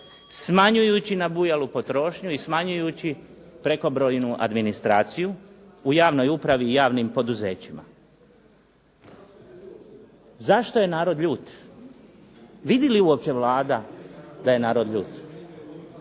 smanjujući nabujalu potrošnju i smanjujući prekobrojnu administraciju u javnoj upravi i javnim poduzećima. Zašto je narod ljut? Vidi li uopće Vlada da je narod ljut?